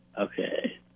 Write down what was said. okay